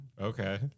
Okay